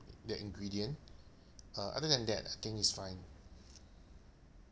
that ingredient uh other than that I think it's fine